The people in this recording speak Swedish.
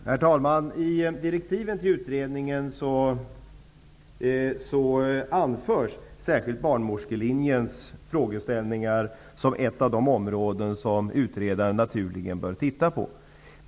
Herr talman! I direktiven till utredningen anförs särskilt barnmorskelinjen som ett av de områden som utredaren naturligen bör se på.